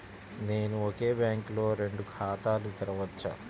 నేను ఒకే బ్యాంకులో రెండు ఖాతాలు తెరవవచ్చా?